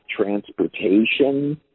transportation